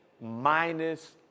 minus